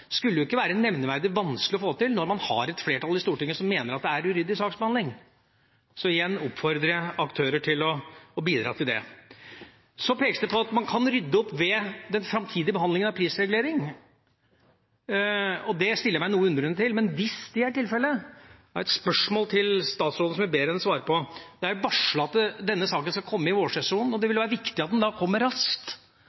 skulle ikke være nevneverdig vanskelig å få til når man har et flertall i Stortinget som mener at det er uryddig saksbehandling. Igjen oppfordrer jeg aktører til å bidra til det. Så pekes det på at man kan rydde opp ved den framtidige behandlinga av prisregulering. Det stiller jeg meg noe undrende til, men hvis det er tilfellet, har jeg jeg et spørsmål til statsråden som jeg ber henne svare på. Det er varslet at denne saken skal komme i vårsesjonen. Det vil